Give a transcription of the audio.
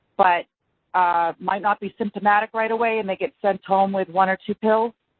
but might not be symptomatic right away, and they get sent home with one or two pills?